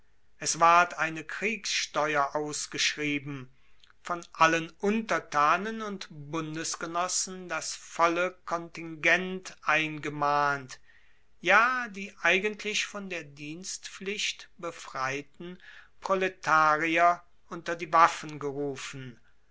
es ward eine kriegssteuer ausgeschrieben von allen untertanen und bundesgenossen das volle kontingent eingemahnt ja die eigentlich von der dienstpflicht befreiten proletarier unter die waffen gerufen